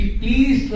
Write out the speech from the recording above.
please